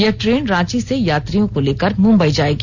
यह ट्रेन रांची से यात्रियों को लेकर मुम्बई जाएगी